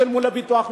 שילמו כל חייהם